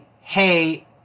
hey